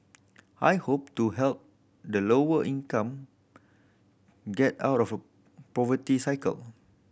I hope to help the lower income get out of poverty cycle